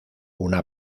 una